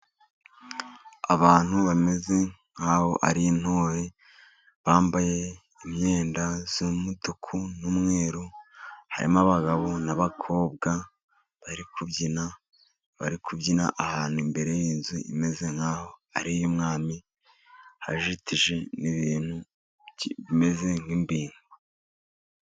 Abantu bameze nk'aho ari intore, bambaye imyenda y'umutuku n'umweru, harimo abagabo n'abakobwa bari kubyina, bari kubyina ahantu, imbere y'inzu imeze nk'aho ari iy'umwami, hajitije n'ibintu bimeze nk'imbingo.